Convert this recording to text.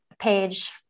page